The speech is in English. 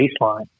baseline